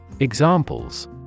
Examples